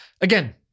Again